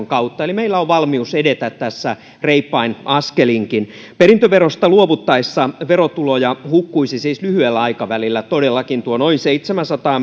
kautta eli meillä on valmius edetä tässä reippainkin askelin perintöverosta luovuttaessa verotuloja hukkuisi siis lyhyellä aikavälillä todellakin noin seitsemänsataa